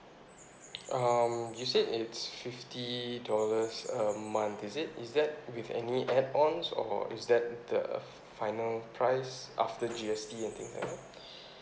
um you said it's fifty dollars a month is it is that with any add ons or is that the final price after G_S_T and things like that